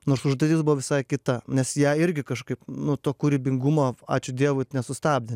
nors užduotis buvo visai kita nes jai irgi kažkaip nu to kūrybingumo ačiū dievui nesustabdė